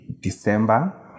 December